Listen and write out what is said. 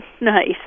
nice